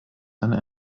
eine